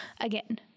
again